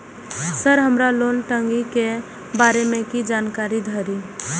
Sir हमरा loan टंगी के बारे में जान कारी धीरे?